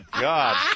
God